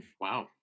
wow